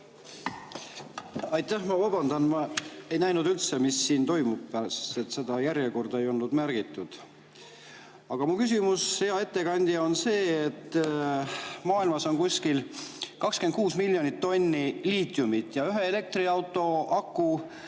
Aitäh! Ma vabandan, ma ei näinud üldse, mis siin toimub, seda järjekorda ei olnud märgitud. Aga mu küsimus, hea ettekandja, on selle kohta, et maailmas on kuskil 26 miljonit tonni liitiumit ja ühe elektriauto aku